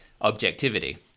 objectivity